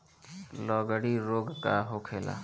लगड़ी रोग का होखेला?